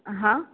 હા